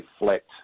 reflect